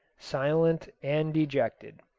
silent and dejected.